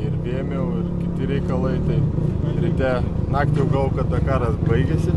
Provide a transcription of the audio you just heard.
ir vėmiau ir kiti reikalai tai ryte naktį jau galvojau kad dakaras baigėsi